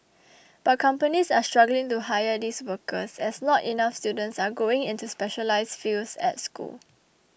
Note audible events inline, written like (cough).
(noise) but companies are struggling to hire these workers as not enough students are going into specialised fields at school